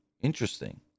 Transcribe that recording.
Interesting